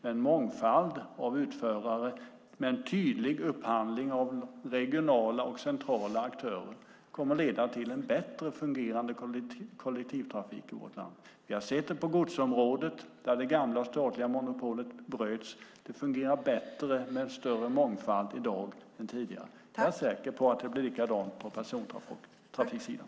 En mångfald av utförare med en tydlig upphandling av regionala och centrala aktörer tror jag kommer att innebära en bättre fungerande kollektivtrafik i vårt land. Vi har sett det på godsområdet, där det gamla statliga monopolet bröts. Den större mångfalden gör att det fungerar bättre i dag än tidigare, och jag är säker på att det blir likadant på persontrafiken.